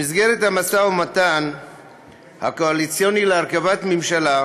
במסגרת המשא-ומתן הקואליציוני להרכבת הממשלה,